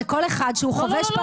זה כל אחד שהוא חובש,